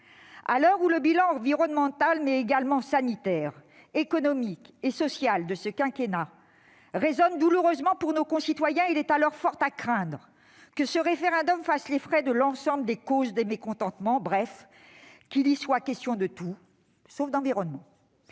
À l'heure où le bilan environnemental, sanitaire, économique et social de ce quinquennat résonne douloureusement pour nos concitoyens, il est fort à la craindre que ce référendum ne fasse les frais de l'ensemble des causes des mécontentements. Bref, qu'il y soit question de tout sauf d'environnement.